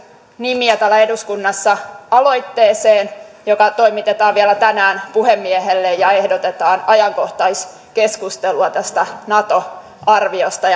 nimiä täällä eduskunnassa aloitteeseen joka toimitetaan vielä tänään puhemiehelle ja jossa ehdotetaan ajankohtaiskeskustelua tästä nato arviosta